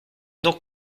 donc